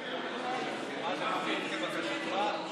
אני עובר להצבעה.